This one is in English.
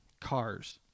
Cars